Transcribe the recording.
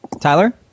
tyler